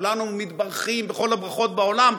כשכולנו מתברכים בכל הברכות בעולם,